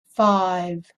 five